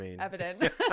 evident